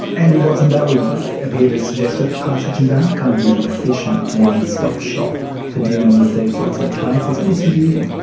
andrew watson, that would appear to suggest that the class actions aren't kind of the efficient, one-stop-shop for dealing with these sorts of cases. what's your view?